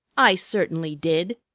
i certainly did,